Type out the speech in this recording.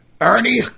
Ernie